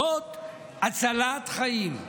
זאת הצלת חיים.